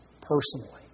personally